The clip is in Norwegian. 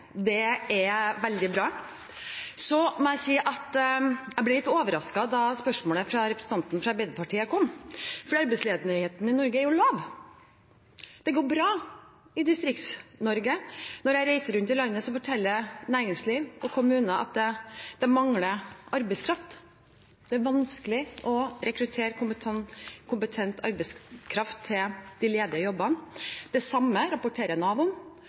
Norge er jo lav. Det går bra i Distrikts-Norge. Når jeg reiser rundt i landet, forteller næringslivet og kommunene at det mangler arbeidskraft, og at det er vanskelig å få rekruttert kompetent arbeidskraft til de ledige jobbene. Det samme rapporterer